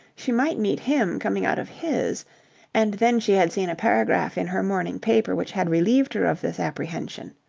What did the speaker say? she might meet him coming out of his and then she had seen a paragraph in her morning paper which had relieved her of this apprehension.